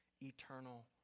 eternal